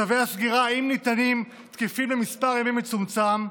צווי הסגירה, אם ניתנים, תקפים למספר ימים מצומצם.